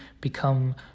become